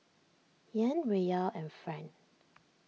Yen Riyal and Franc